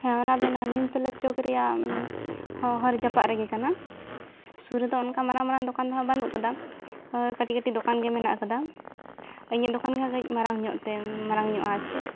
ᱦᱮᱸ ᱚᱱᱟ ᱫᱚ ᱱᱤᱢᱛᱚᱞᱟ ᱪᱚᱠ ᱨᱮᱭᱟᱜ ᱦᱚᱨ ᱡᱟᱯᱟᱜ ᱨᱮᱜᱮ ᱠᱟᱱᱟ ᱥᱩᱨ ᱨᱮᱫᱚ ᱚᱱᱠᱟ ᱢᱟᱨᱟᱝ ᱢᱟᱨᱟᱝ ᱫᱚᱠᱟᱱ ᱫᱚᱦᱟᱸᱜ ᱵᱟᱹᱱᱩᱜ ᱠᱟᱫᱟ ᱠᱟᱹᱴᱤᱡ ᱠᱟᱹᱴᱤᱡ ᱫᱚᱠᱟᱱ ᱜᱮ ᱢᱮᱱᱟᱜ ᱟᱠᱟᱫᱟ ᱤᱧᱟᱹᱜ ᱫᱚᱠᱟᱱ ᱜᱮᱦᱟᱸᱜ ᱠᱟᱹᱡ ᱢᱟᱨᱟᱝ ᱧᱚᱜ ᱛᱮ ᱢᱟᱨᱟᱝ ᱧᱚᱜᱼᱟ ᱟᱨ ᱪᱮᱫ